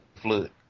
flood